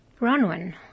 Bronwyn